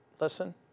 Listen